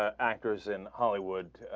ah actors in hollywood ah.